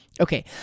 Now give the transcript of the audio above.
Okay